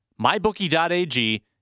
MyBookie.ag